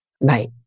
Right